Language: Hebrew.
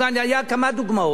היו כמה דוגמאות,